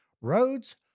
roads